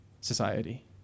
society